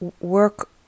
work